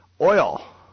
Oil